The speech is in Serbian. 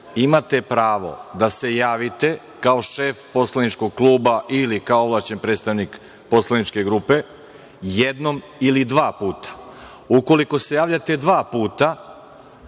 imate pravo da se javite kao šef poslaničkog kluba ili kao ovlašćen predstavnik poslaničke grupe jednom ili dva puta. Ukoliko se javljate dva puta,